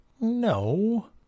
No